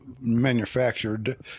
manufactured